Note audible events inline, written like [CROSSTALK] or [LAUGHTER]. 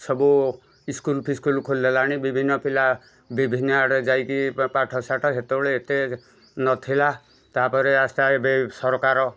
ସବୁ ଇସ୍କୁଲ୍ଫିସ୍କୁଲ୍ ଖୋଲି ଦେଲାଣି ବିଭିନ୍ନ ପିଲା ବିଭିନ୍ନ ଆଡ଼େ ଯାଇକି ପାଠସାଠ ସେତେବେଳେ ଏତେ ନଥିଲା ତାପରେ [UNINTELLIGIBLE] ଏବେ ସରକାର